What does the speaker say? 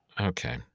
Okay